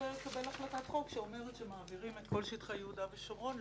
שתתפשט מסמכויותיה.